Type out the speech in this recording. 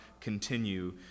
continue